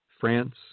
France